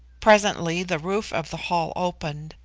presently the roof of the hall opened,